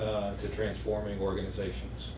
to transforming organizations